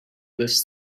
this